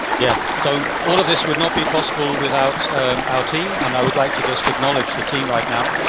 yes, so, all of this would not be possible without our team, and i would like to just acknowledge the team, right now.